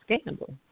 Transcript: scandal